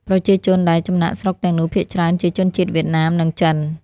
ប្រជាជនដែលចំណាកស្រុកទាំងនោះភាគច្រើនជាជនជាតិវៀតណាម និងចិន។